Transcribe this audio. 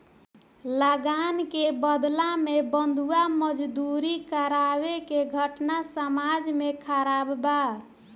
लगान के बदला में बंधुआ मजदूरी करावे के घटना समाज में खराब बा